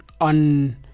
on